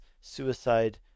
suicide